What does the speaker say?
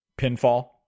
pinfall